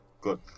Good